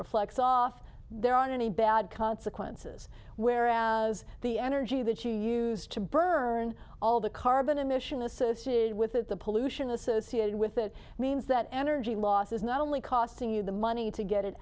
reflects off there aren't any bad consequences whereas the energy that you use to burn all the carbon emission associated with it the pollution associated with it means that energy loss is not only costing you the money to get it